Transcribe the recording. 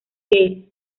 gales